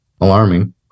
alarming